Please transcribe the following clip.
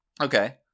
okay